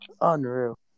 Unreal